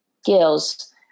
skills